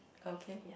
okay